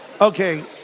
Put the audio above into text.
Okay